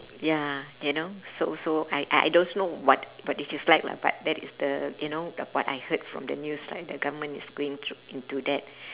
ya you know so so I I don't know what what it is like lah but that is the you know what I heard from the news lah the government is going thr~ into that